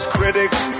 critics